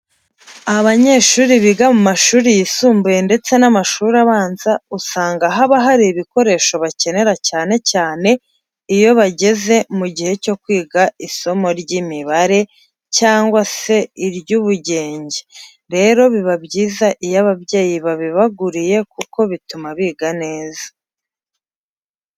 Abanyeshuri biga mu mashuri yisumbuye ndetse n'amashuri abanza usanga haba hari ibikoresho bakenera cyane cyane iyo bageze mu gihe cyo kwiga isomo ry'imibare cyangwa se iry'ubugenge. Rero biba byiza iyo ababyeyi babibaguriye kuko bituma biga neza.